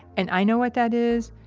and i know what that is,